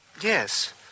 Yes